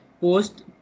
post